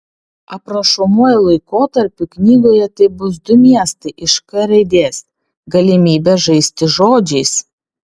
aprašomuoju laikotarpiu knygoje tai bus du miestai iš k raidės galimybė žaisti žodžiais